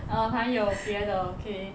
err 还有别的 okay